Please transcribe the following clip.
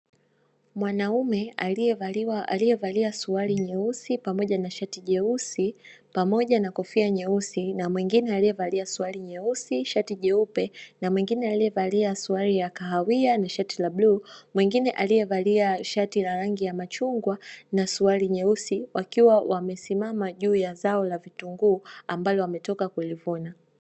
Mwanaume aliyevalia suruali nyeusi pamoja na shati nyeusi pamoja na kofia nyeusi, na mwingine aliyevalia suruali nyeusi na shati nyeupe na mwingine aliyevalia shati la kahawia na suruali ya bluu, na mwingine aliyevalia shati ya machungwa na suruali nyeusi, wakiwa wamesimama juu ya zao la vitunguu ambalo wametoka kulivuna.